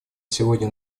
сегодня